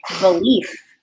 belief